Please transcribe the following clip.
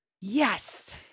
Yes